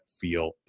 feel